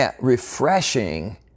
refreshing